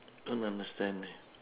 don't understand eh